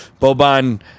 Boban